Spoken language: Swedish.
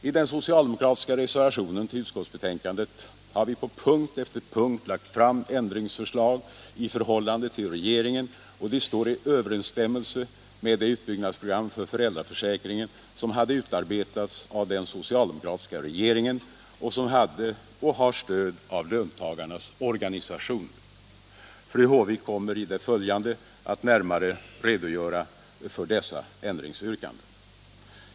I den socialdemokratiska reservationen till utskottsbetänkandet har vi på punkt efter punkt lagt fram ändringsförslag i förhållande till regeringen, och de står i överensstämmelse med det utbyggnadsprogram för föräldraförsäkringen som hade utarbetats av den socialdemokratiska regeringen och som hade och har stöd av löntagarnas organisationer. Fru Håvik kommer i det följande att närmare redogöra för dessa ändringsyrkanden.